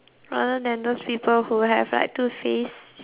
rather than those people who have like two face